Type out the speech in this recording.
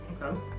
Okay